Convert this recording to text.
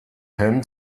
him